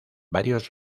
varios